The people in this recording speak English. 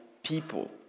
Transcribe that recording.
people